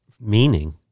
meaning